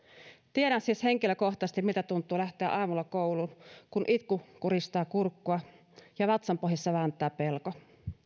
tiedän siis henkilökohtaisesti miltä tuntuu lähteä aamulla kouluun kun itku kuristaa kurkkua ja vatsanpohjassa vääntää pelko